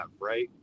Right